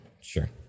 Sure